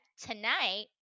tonight